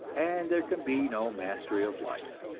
and there can be no mastery of life.